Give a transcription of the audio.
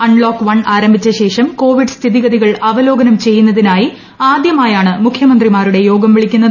unlock one ആരംഭിച്ച ശേഷം Covid സ്ഥിതി ഗതികൾ അവലോകനം ചെയ്യുന്നതിനായി ആദ്യമായാണ് മുഖ്യമന്ത്രി മാരുടെ യോഗം വിളിക്കുന്നത്